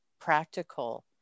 practical